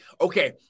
Okay